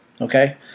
Okay